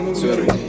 sorry